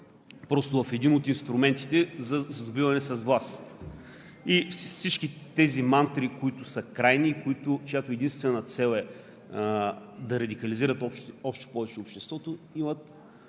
просто в един от инструментите за сдобиване с власт. Всички тези мантри, които са крайни и чиято единствена цел е да радикализират още повече обществото, имат